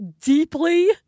deeply